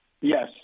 Yes